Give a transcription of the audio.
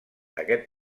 aquest